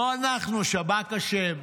לא אנחנו, שב"כ אשם,